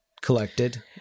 collected